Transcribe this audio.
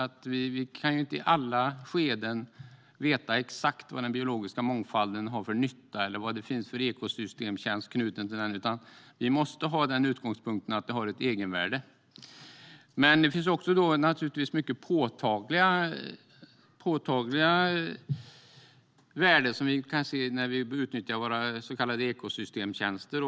Vi kan inte i alla skeden veta exakt vad den biologiska mångfalden har för nytta eller vad det finns för ekosystemtjänst knuten till den. Vi måste därför ha utgångspunkten att den har ett egenvärde. Det finns dock många påtagliga värden som vi kan se när vi utnyttjar våra så kallade ekosystemtjänster.